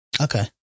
Okay